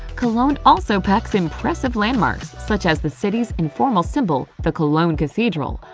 cologne also packs impressive landmarks such as the city's informal symbol, the cologne cathedral,